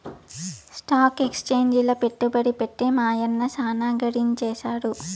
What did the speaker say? stock ఎక్సేంజిల పెట్టుబడి పెట్టి మా యన్న సాన గడించేసాడు